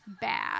bad